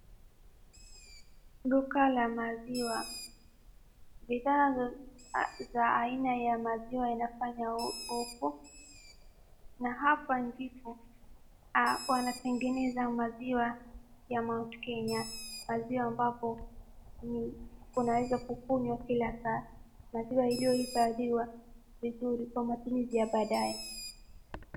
Duka la maziwa. Bidhaa za aina ya maziwa inafanya huku. Na hapa ndipo wanatengeneza maziwa ya Mount Kenya. Maziwa ambapo unaweza kunywa kila saa. Maziwa iliyohifadhiwa vizuri kwa matumizi ya baadaye.